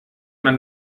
man